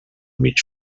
mig